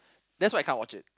that's why I can't watch it